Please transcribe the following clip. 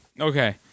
Okay